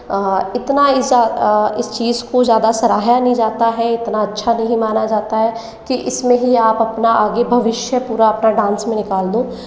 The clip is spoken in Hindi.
इतना इजा इस चीज़ को ज़्यादा सराहा नहीं जाता है इतना अच्छा नहीं माना जाता है की इसमें ही आप अपना आगे भविष्य पूरा अपना डांस में निकाल दो